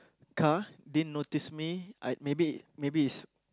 car didn't notice me I maybe maybe it's